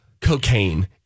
cocaine